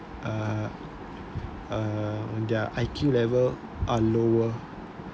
uh uh on their I_Q level are lower